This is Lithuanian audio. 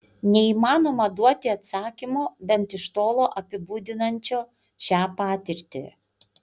neįmanoma duoti atsakymo bent iš tolo apibūdinančio šią patirtį